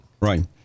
Right